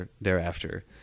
thereafter